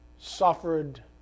Suffered